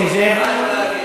נסים זאב,